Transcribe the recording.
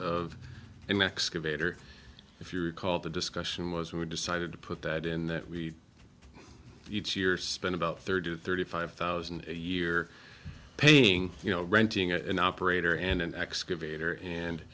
of an excavator if you recall the discussion was we decided to put that in that week each year spent about thirty to thirty five thousand a year painting you know renting an operator and an excavator